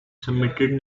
submitted